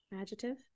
Adjective